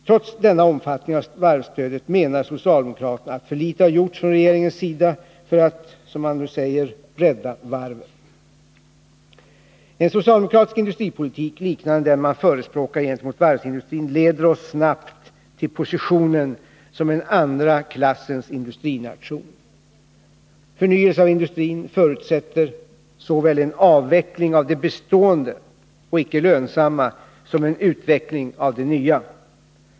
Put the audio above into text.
Trots denna omfattning av varvsstödet menar socialdemokraterna att för litet har gjorts från regeringens sida för att, som man säger, rädda varven. En socialdemokratisk industripolitik, liknande den som man förespråkar gentemot varvsindustrin, leder oss snabbt till positionen som en andra klassens industrination. Förnyelse av industrin förutsätter såväl en avveckling av det bestående och icke lönsamma som en utveckling av det nya.